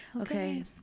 Okay